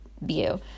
view